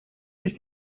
sich